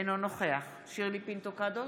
אינו נוכח שירלי פינטו קדוש,